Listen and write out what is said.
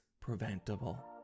preventable